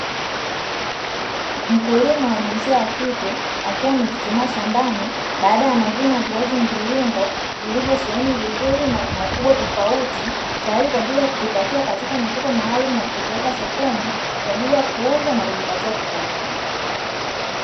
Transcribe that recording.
Mkulima wa jinsia ya kike, akiwa amechuchumaa shambani baada ya mavuno ya viazi mviringo, vilivyosheheni vizuri na vina ukubwa tofauti, tayari kwa ajili ya kuvipakia katika mifuko maalumu na kuvipeleka sokoni, kwa ajili ya kuuza na kujipatia kipato.